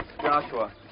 Joshua